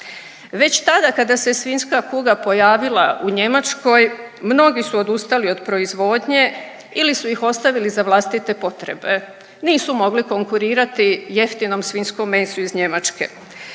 Već tada kada se svinjska kuga pojavila u Njemačkoj, mnogi su odustali od proizvodnje ili su ih ostavili za vlastite potrebe. Nisu mogli konkurirati jeftinom svinjskom mesu iz Njemačke.